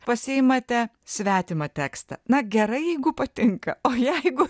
pasiimate svetimą tekstą na gerai jeigu patinka o jeigu